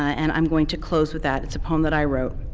and i'm going to close with that. it's a poem that i wrote.